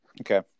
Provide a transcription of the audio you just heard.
Okay